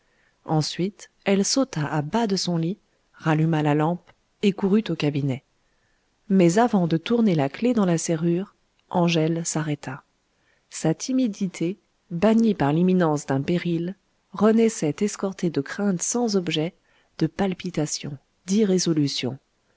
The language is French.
ensuite elle sauta à bas de son lit ralluma la lampe et courut au cabinet mais avant de tourner la clef dans la serrure angèle s'arrêta sa timidité bannie par l'imminence d'un péril renaissait escortée de craintes sans objet de palpitations